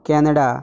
Canada